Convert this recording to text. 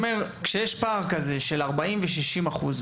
כשיש לרשות המקומית פער כזה של 40 ו-60 אחוז,